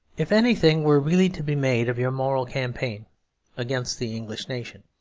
if anything were really to be made of your moral campaign against the english nation,